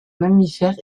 mammifères